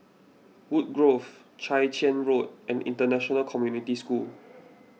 Woodgrove Chwee Chian Road and International Community School